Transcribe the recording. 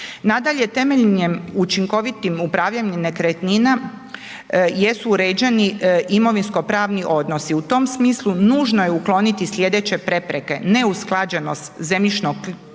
Nadalje, temeljnim je učinkovitim upravljanjem nekretnina jesu uređeni imovinsko pravni odnosi. U tom smislu nužno je ukloniti slijedeće prepreke, neusklađenost zemljišnoknjižnog